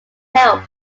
help